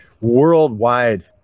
worldwide